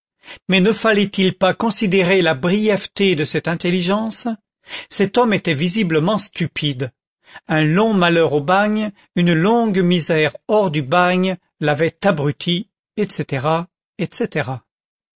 mais ne fallait-il pas considérer la brièveté de cette intelligence cet homme était visiblement stupide un long malheur au bagne une longue misère hors du bagne l'avaient abruti etc etc